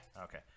Okay